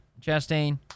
Chastain